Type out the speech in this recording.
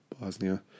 Bosnia